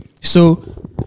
so-